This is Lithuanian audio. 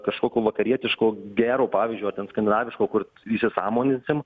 kažkokio vakarietiško gero pavyzdžio ar ten skandinaviško kur įsisąmoninsim